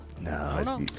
No